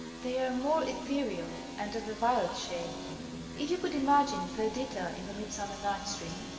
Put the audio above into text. they are more ethereal, and of a violet shade. if you could imagine perdita in the mid summer night s dream,